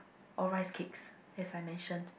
or rice cakes as I mention